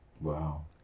Wow